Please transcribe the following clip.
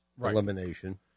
elimination